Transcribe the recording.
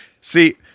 see